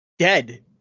dead